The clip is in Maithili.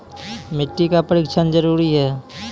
मिट्टी का परिक्षण जरुरी है?